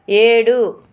ఏడు